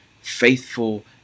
faithful